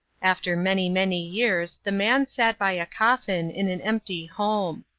after many, many years the man sat by a coffin, in an empty home.